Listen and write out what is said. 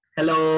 Hello